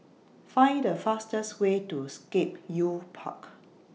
Find The fastest Way to Scape Youth Park